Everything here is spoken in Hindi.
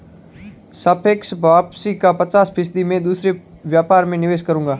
सापेक्ष वापसी का पचास फीसद मैं दूसरे व्यापार में निवेश करूंगा